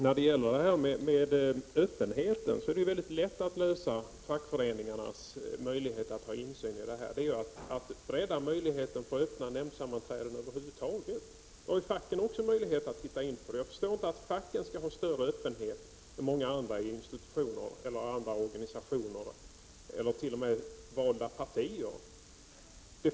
Fru talman! När det gäller öppenheten är det mycket lätt att ge fackföreningarna insyn, nämligen genom att bredda möjligheten till öppna nämndsammanträden över huvud taget. Då har också facken möjlighet till insyn. Jag förstår inte att facken skall ha rätt till större öppenhet än många andra institutioner och organisationer, eller t.o.m. valda partier.